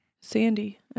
Sandy